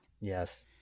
Yes